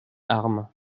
arme